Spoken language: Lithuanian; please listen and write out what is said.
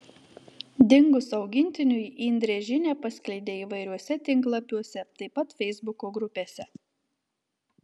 dingus augintiniui indrė žinią paskleidė įvairiuose tinklapiuose taip pat feisbuko grupėse